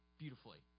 beautifully